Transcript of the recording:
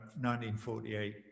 1948